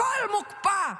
הכול מוקפא,